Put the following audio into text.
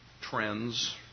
trends